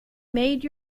made